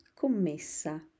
commessa